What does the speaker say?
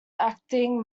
acting